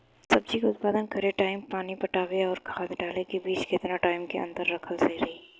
सब्जी के उत्पादन करे टाइम पानी पटावे आउर खाद डाले के बीच केतना टाइम के अंतर रखल सही रही?